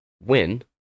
win